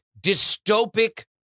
dystopic